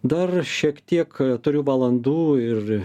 dar šiek tiek turiu valandų ir